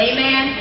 Amen